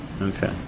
Okay